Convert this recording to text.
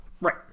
Right